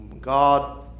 God